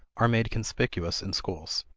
are made conspicuous in schools.